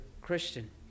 Christian